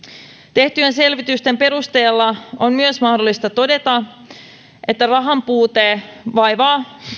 tehtyjen selvitysten perusteella on myös mahdollista todeta että rahanpuute vaivaa